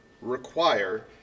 require